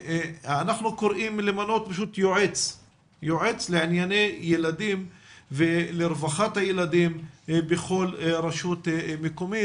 אנחנו קוראים למנות יועץ לענייני ילדים ולרווחת הילדים בכל רשות מקומית.